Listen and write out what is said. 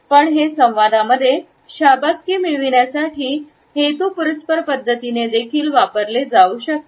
पण हे संवादामध्ये शाबासकी मिळविण्यासाठी हेतुपुरस्सर पद्धतीने देखील वापरले जाऊ शकते